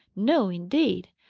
no, indeed.